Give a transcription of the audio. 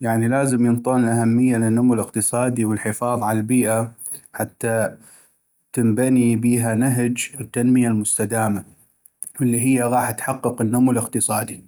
يعني لازم ينطون الأهمية للنمو الاقتصادي والحفاظ عالبيئة حتى تنبي بيها نهج التنمية المستدامة، والي هي غاح تحقق النمو الاقتصادي.